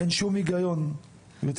גברתי